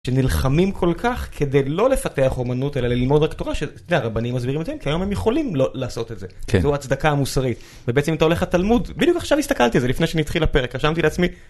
נלחמים כל כך כדי לא לפתח אומנות אלא ללמוד רק תורה שהרבנים מסבירים את זה כי היום הם יכולים לעשות את זה, זו הצדקה המוסרית ובעצם אתה הולך לתלמוד, בדיוק עכשיו הסתכלתי על זה לפני שהתחיל הפרק, רשמתי לעצמי.